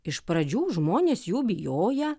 iš pradžių žmonės jų bijoję